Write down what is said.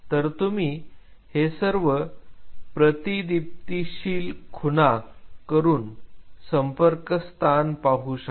तर तुम्ही हे सर्व प्रतिदीप्तीशील खुणा करून संपर्क स्थान पाहू शकता